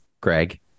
Greg